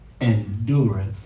Endureth